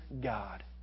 God